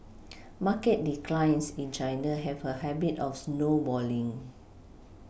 market declines in China have a habit of snowballing